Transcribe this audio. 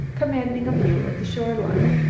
commanding a view of the shore line.